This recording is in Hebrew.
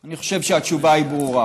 אני חושב שהתשובה היא ברורה.